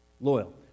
Loyal